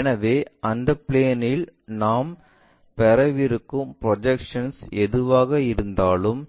எனவே அந்த பிளேன்இல் நாம் பெறவிருக்கும் ப்ரொஜெக்ஷன்ஸ் எதுவாக இருந்தாலும்